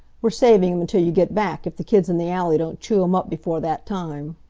we're saving him until you get back, if the kids in the alley don't chew him up before that time.